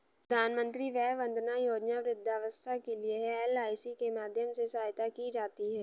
प्रधानमंत्री वय वंदना योजना वृद्धावस्था के लिए है, एल.आई.सी के माध्यम से सहायता की जाती है